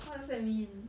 what does that mean